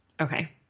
Okay